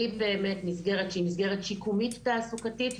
ממסגרת שהיא מסגרת שיקומית תעסוקתית,